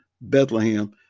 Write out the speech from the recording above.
Bethlehem